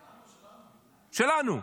שלנו --- שלנו.